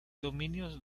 dominios